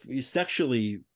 sexually